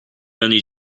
only